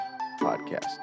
podcast